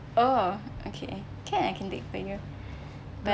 oh okay can I can take for you but